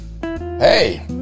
Hey